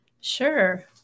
Sure